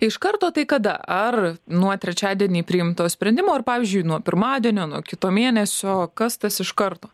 iš karto tai kada ar nuo trečiadienį priimto sprendimo ar pavyzdžiui nuo pirmadienio nuo kito mėnesio kas tas iš karto